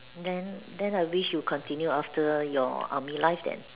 then then I wish you continue after your army life then